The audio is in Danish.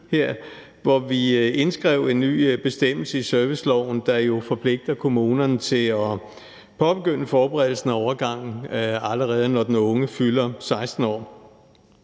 hvor vi indskrev en ny bestemmelse i serviceloven, der jo forpligter kommunerne til at påbegynde forberedelsen af overgangen, allerede når den unge fylder 16 år.